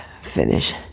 finish